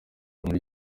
muri